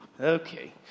Okay